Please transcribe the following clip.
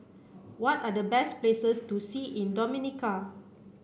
what are the best places to see in Dominica